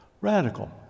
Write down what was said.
Radical